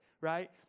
right